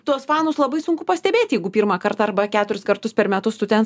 tos panos labai sunku pastebėti jeigu pirmą kartą arba keturis kartus per metus tu ten